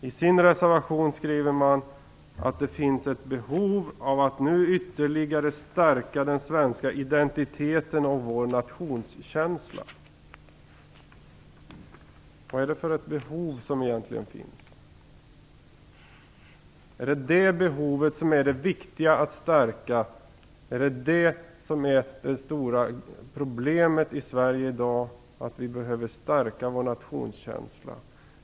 I sin reservation skriver de att det finns ett behov av att ytterligare stärka den svenska identiteten och vår nationskänsla. Vad är det egentligen för behov som finns? Är det ett behov som är viktigt att stärka? Är det detta att vi behöver stärka vår nationskänsla som är det stora problemet i Sverige i dag?